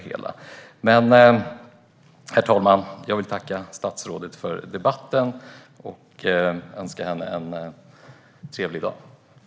Herr talman! Jag vill tacka statsrådet för debatten och önska henne en trevlig dag.